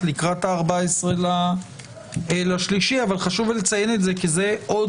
ראשית בדיון הזה כבר היינו.